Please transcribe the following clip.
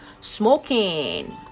Smoking